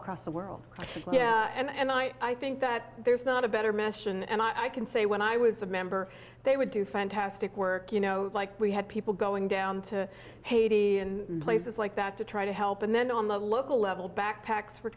well cross the world and i think that there's not a better mission and i can say when i was a member they would do fantastic work you know like we had people going down to haiti and places like that to try to help and then on the local level backpacks for